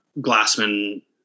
Glassman